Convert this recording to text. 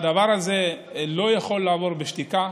על הדבר הזה אי-אפשר לעבור בשתיקה.